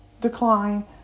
decline